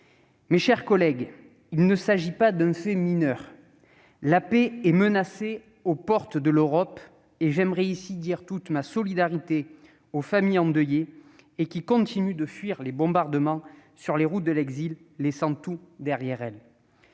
Mes chers collègues, il ne s'agit pas d'un fait mineur : la paix est menacée aux portes de l'Europe, et j'aimerais dire ici toute ma solidarité aux familles endeuillées, qui continuent de fuir les bombardements, laissant tout derrière elles.